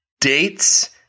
Dates